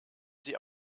sie